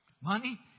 money